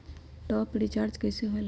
Top up recharge कइसे होएला?